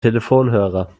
telefonhörer